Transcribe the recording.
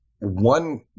one